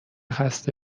خسته